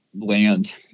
land